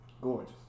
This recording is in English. Gorgeous